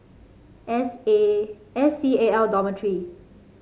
S A S C A L Dormitory